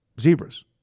zebras